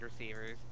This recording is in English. receivers